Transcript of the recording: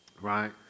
right